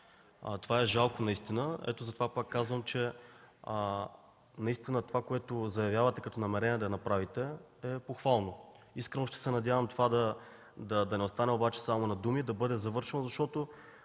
Това е жалко наистина. Затова пак казвам, че това, което заявявате като намерение да направите, е похвално. Искрено ще се надявам то да не остане обаче само на думи – да бъде завършено, защото